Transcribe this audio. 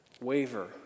Waver